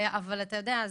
אבל אתה יודע,